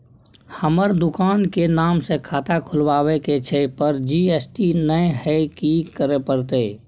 हमर दुकान के नाम से खाता खुलवाबै के छै पर जी.एस.टी नय हय कि करे परतै?